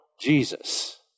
Jesus